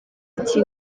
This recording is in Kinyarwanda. iki